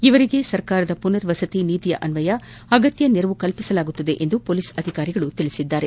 ಇವರಿಗೆ ಸರ್ಕಾರದ ಪುನರ್ವಸತಿ ನೀತಿಯನ್ಲಯ ಅಗತ್ಯ ನೆರವು ಕಲ್ಪಿಸಲಾಗುವುದು ಎಂದು ಪೊಲೀಸ್ ಅಧಿಕಾರಿಗಳು ತಿಳಿಸಿದ್ದಾರೆ